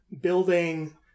building